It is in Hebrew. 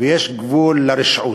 ויש גבול לרשעות.